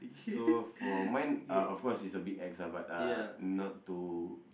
so for mine uh of course it's a big X ah but uh not to